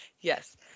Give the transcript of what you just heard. Yes